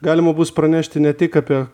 galima bus pranešti ne tik apie